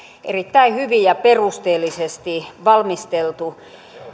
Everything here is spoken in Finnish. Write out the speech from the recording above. erittäin hyvin ja perusteellisesti valmisteltu